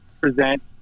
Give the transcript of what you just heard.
present